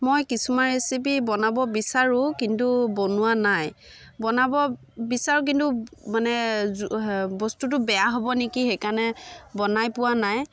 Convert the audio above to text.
মই কিছুমান ৰেচিপি বনাব বিচাৰোঁ কিন্তু বনোৱা নাই বনাব বিচাৰোঁ কিন্তু মানে জ বস্তুটো বেয়া হ'ব নেকি সেইকাৰণে বনাই পোৱা নাই